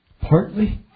Partly